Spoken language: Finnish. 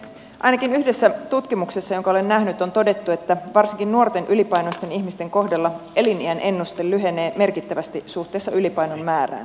ainakin yhdessä tutkimuksessa jonka olen nähnyt on todettu että varsinkin nuorten ylipainoisten ihmisten kohdalla eliniän ennuste lyhenee merkittävästi suhteessa ylipainon määrään